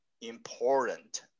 important